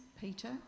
Peter